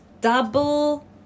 double